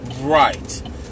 Right